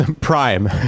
prime